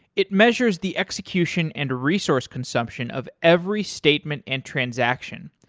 it measures the execution and resource consumption of every statement and transaction,